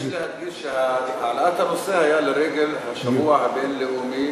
יש להדגיש שהעלאת הנושא הייתה לרגל השבוע הבין-לאומי